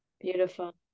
Beautiful